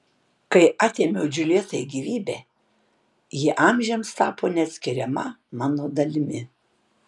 kai atėmiau džiuljetai gyvybę ji amžiams tapo neatskiriama mano dalimi